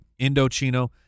indochino